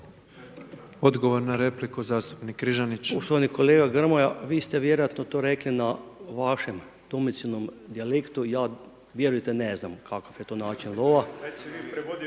Odgovor na repliku, zastupnik Križanić. **Križanić, Josip (HDZ)** Poštovani kolega Grmoja, vi ste vjerojatno to rekli na vašem domicilnom dijalektu i ja vjerujte ne znam kakav je to način lova